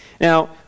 Now